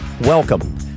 Welcome